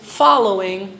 following